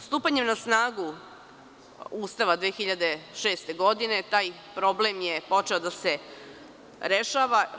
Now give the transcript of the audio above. Stupanjem na snagu Ustava 2006. godine, taj problem je počeo da se rešava.